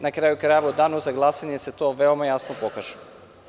Na kraju krajeva, u danu za glasanje će se to veoma jasno pokaže.